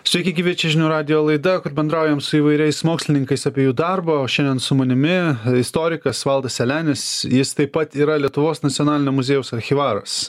sveiki gyvi čia žinių radijo laida kur bendraujam su įvairiais mokslininkais apie jų darbą o šiandien su manimi istorikas valdas selenis jis taip pat yra lietuvos nacionalinio muziejaus archyvaras